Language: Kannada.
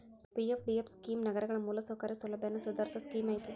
ಪಿ.ಎಫ್.ಡಿ.ಎಫ್ ಸ್ಕೇಮ್ ನಗರಗಳ ಮೂಲಸೌಕರ್ಯ ಸೌಲಭ್ಯನ ಸುಧಾರಸೋ ಸ್ಕೇಮ್ ಐತಿ